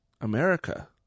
America